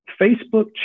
Facebook